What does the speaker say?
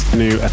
new